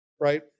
right